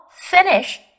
finish